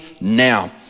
now